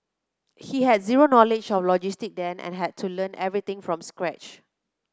he had zero knowledge of logistics then and had to learn everything from scratch